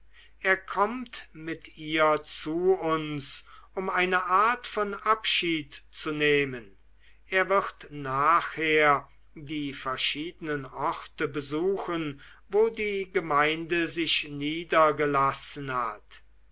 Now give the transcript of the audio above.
er kommt mit ihr zu uns um eine art von abschied zu nehmen er wird nachher die verschiedenen orte besuchen wo die gemeinde sich niedergelassen hat